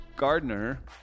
Gardner